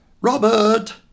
Robert